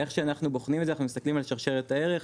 איך שאנחנו בוחנים את זה אנחנו מסתכלים על שרשרת הערך,